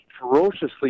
ferociously